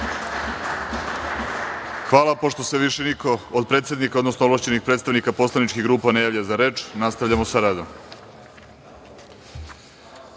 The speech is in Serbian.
Hvala. Pošto se više niko od predsednika, odnosno ovlašćenih predstavnika poslaničkih grupa ne javlja za reč, nastavljamo sa